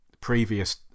previous